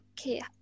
okay